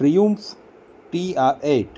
વ્યૂમ્સ T R at